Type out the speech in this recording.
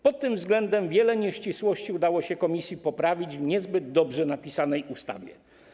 Pod tym względem wiele nieścisłości udało się komisji poprawić w niezbyt dobrze napisanej ustawie.